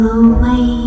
away